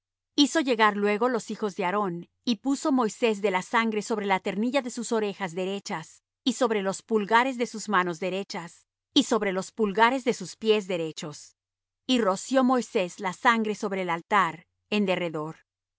hizo llegar luego los hijos de aarón y puso moisés de la sangre sobre la ternilla de sus orejas derechas y sobre los pulgares de sus manos derechas y sobre los pulgares de sus pies derechos y roció moisés la sangre sobre el altar